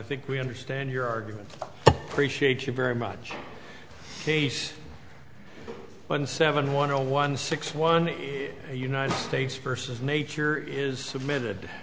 think we understand your argument appreciate you very much case one seven one zero one six one a united states versus nature is submitted